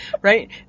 right